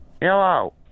Hello